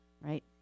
right